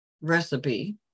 recipe